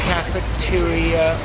Cafeteria